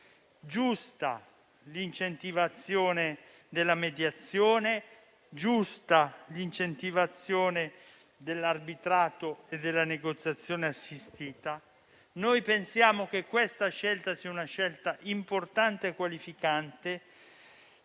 giusta l'incentivazione della mediazione; altresì giusta l'incentivazione dell'arbitrato e della negoziazione assistita. Noi pensiamo che questa scelta sia importante e qualificante.